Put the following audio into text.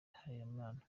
harelimana